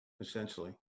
essentially